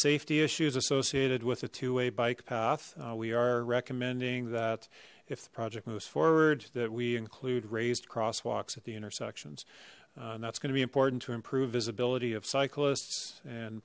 safety issues associated with a two way bike path we are recommending that if the project moves forward that we include raised crosswalks at the intersections and that's going to be important to improve visibility of cyclists and